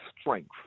strength